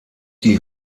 die